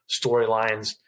storylines